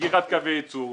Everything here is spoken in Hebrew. סגירת קווי ייצור,